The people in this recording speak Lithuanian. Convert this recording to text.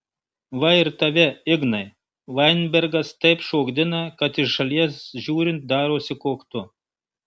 va ir tave ignai vainbergas taip šokdina kad iš šalies žiūrint darosi koktu